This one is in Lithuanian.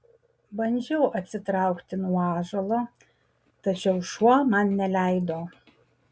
bandžiau atsitraukti nuo ąžuolo tačiau šuo man neleido